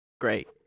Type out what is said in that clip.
Great